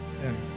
Yes